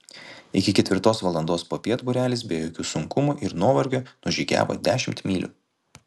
iki ketvirtos valandos popiet būrelis be jokių sunkumų ir nuovargio nužygiavo dešimt mylių